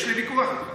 יש לי ויכוח על זה.